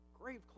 grave